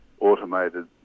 automated